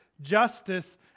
justice